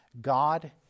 God